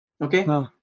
Okay